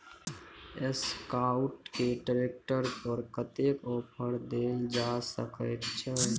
Escort के tractor पर कतेक ऑफर दैल जा सकेत छै?